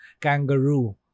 kangaroo